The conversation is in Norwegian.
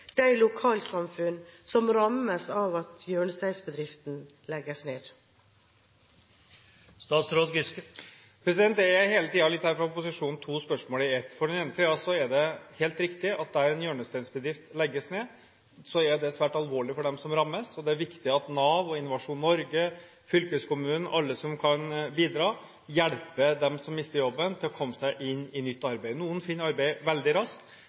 lokalsamfunn som rammes av at hjørnesteinsbedriften legges ned? Det er her fra opposisjonen – hele tiden – to spørsmål i ett. På den ene siden er det helt riktig at der en hjørnesteinsbedrift legges ned, er det svært alvorlig for dem som rammes. Det er viktig at Nav, Innovasjon Norge og fylkeskommunen – alle som kan bidra – hjelper dem som mister jobben, til å komme seg inn i nytt arbeid. Noen finner arbeid veldig raskt,